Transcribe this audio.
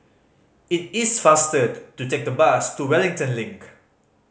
it is faster to take the bus to Wellington Link